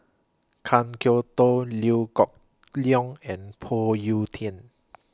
Kan Kwok Toh Liew Geok Leong and Phoon Yew Tien